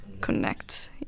connect